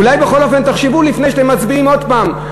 אולי בכל אופן תחשבו לפני שאתם מצביעים עוד פעם.